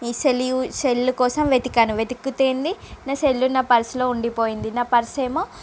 ఈ cell use cell కోసం వెతికాను వెతికితేనే నా సెల్ నా పర్స్ లో ఉండిపోయింది నా పర్స్ ఏమో